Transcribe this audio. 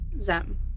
Zem